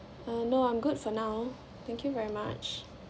uh no I'm good for now thank you very much